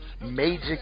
Major